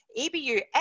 EBU